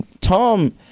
Tom